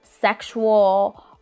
sexual